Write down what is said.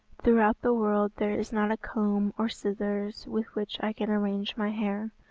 throughout the world there is not a comb or scissors with which i can arrange my hair,